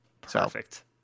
Perfect